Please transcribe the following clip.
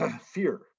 fear